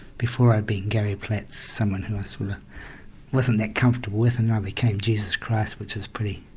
before i'd been gary platz someone who i sort of wasn't that comfortable with and i became jesus christ which is pretty